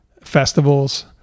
festivals